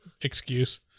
excuse